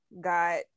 got